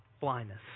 blindness